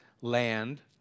land